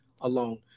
Alone